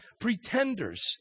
pretenders